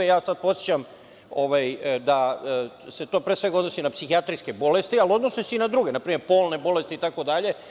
Podsećam sada da se to, pre svega, odnosi na psihijatrijske bolesti, ali odnosi se i na druge, npr. polne bolesti itd.